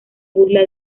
burla